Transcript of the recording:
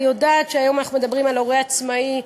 אני יודעת שהיום אנחנו מדברים על הורה עצמאי,